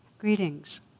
Greetings